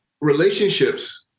relationships